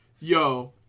yo